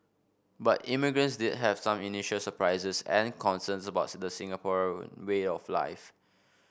but immigrants did have some initial surprises and concerns about the Singaporean way of life